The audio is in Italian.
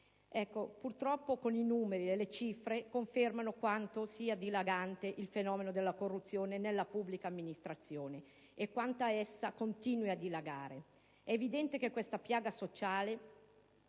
Purtroppo i numeri e le cifre confermano quanto sia dilagante il fenomeno della corruzione nella pubblica amministrazione e quanto essa continui a dilagare. È evidente che questa piaga sociale